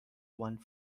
one